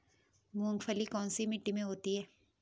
मूंगफली कौन सी मिट्टी में होती है?